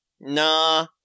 nah